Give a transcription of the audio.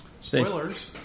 spoilers